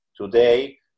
today